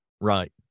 right